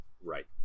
Right